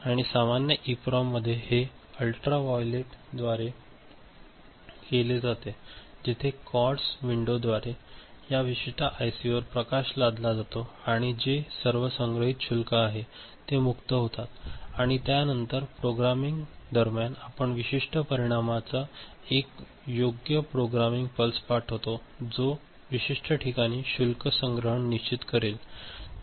आणि सामान्य इप्रोममध्ये हे अल्ट्राव्हायोलेटद्वारे केले जाते जिथे क्वार्ट्ज विंडोद्वारे या विशिष्ट आयसीवर प्रकाश लादला जातो आणि जे सर्व संग्रहित शुल्क आहे ते मुक्त होतात आणि त्यानंतर प्रोग्रामिंग दरम्यान आपण विशिष्ट परिमाणाचा एक योग्य प्रोग्रामिंग पल्स पाठवितो जो विशिष्ट ठिकाणी शुल्क संग्रहण निश्चित करेल